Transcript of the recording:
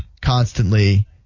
constantly